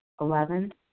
Eleven